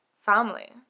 family